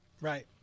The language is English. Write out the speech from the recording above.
right